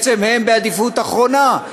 בעצם הם בעדיפות אחרונה.